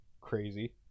crazy